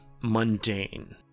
mundane